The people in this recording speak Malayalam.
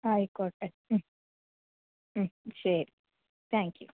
ആയിക്കോട്ടെ മ്മ് ശരി താങ്ക് യൂ